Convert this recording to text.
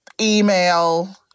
email